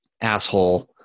asshole